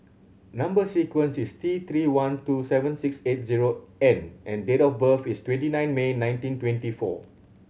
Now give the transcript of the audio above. number sequence is T Three one two seven six eight zero N and date of birth is twenty nine May nineteen twenty four